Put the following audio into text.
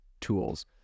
tools